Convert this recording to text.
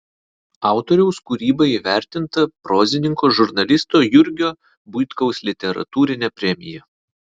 autoriaus kūryba įvertinta prozininko žurnalisto jurgio buitkaus literatūrine premija